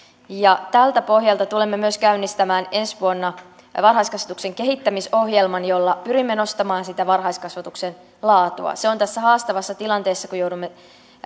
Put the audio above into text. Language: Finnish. tältä pohjalta tulemme myös käynnistämään ensi vuonna varhaiskasvatuksen kehittämisohjelman jolla pyrimme nostamaan sitä varhaiskasvatuksen laatua se on tässä haastavassa tilanteessa kun joudumme